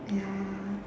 ya